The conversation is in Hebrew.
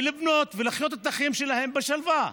ולבנות ולחיות את החיים שלהם בשלווה.